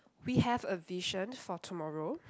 we have a vision for tomorrow